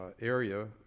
area